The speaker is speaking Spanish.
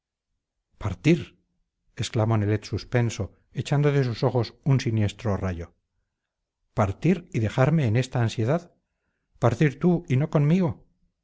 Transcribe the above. partir exclamó nelet suspenso echando de sus ojos un siniestro rayo partir y dejarme en esta ansiedad partir tú y no conmigo